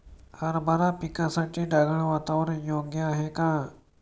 हरभरा पिकासाठी ढगाळ वातावरण योग्य आहे का?